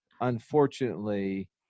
unfortunately